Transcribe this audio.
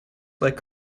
like